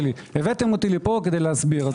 הבאתם אותי לפה בשביל להסביר.